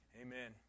Amen